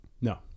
No